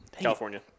California